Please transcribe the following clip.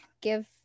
Give